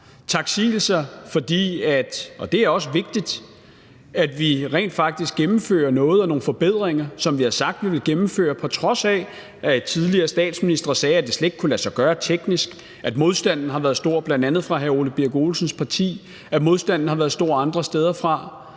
også vigtigt – vi rent faktisk gennemfører noget, nogle forbedringer, som vi har sagt vi ville gennemføre, på trods af at tidligere statsministre sagde, at det slet ikke kunne lade sig gøre teknisk, på trods af at modstanden har været stor bl.a. fra hr. Ole Birk Olesens parti, og på trods af at modstanden har været stor andre steder fra.